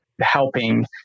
helping